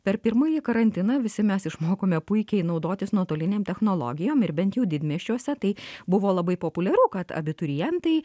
per pirmąjį karantiną visi mes išmokome puikiai naudotis nuotolinėm technologijom ir bent jau didmiesčiuose tai buvo labai populiaru kad abiturientai